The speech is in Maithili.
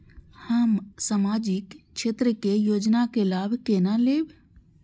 हम सामाजिक क्षेत्र के योजना के लाभ केना लेब?